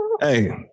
Hey